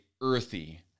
earthy